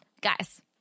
guys